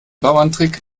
bauerntrick